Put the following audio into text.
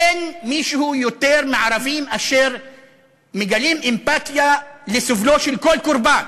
אין מי שיותר מהערבים מגלים אמפתיה לסבלו של כל קורבן.